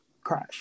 crash